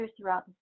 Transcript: throughout